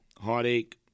heartache